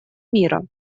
мира